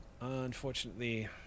Unfortunately